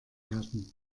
werden